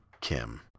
Kim